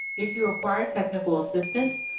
if you require technical assistance,